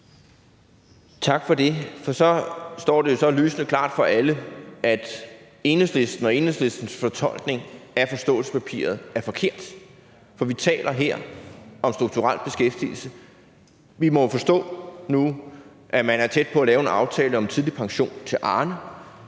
Tak for det. Så står det jo lysende klart for alle, at Enhedslistens fortolkning af forståelsespapiret er forkert, for vi taler her om strukturel beskæftigelse. Vi må jo forstå det sådan, at man nu er tæt på at lave en aftale om tidlig pension til Arne.